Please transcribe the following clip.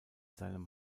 seinem